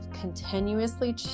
continuously